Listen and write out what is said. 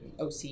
OC